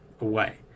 away